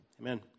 Amen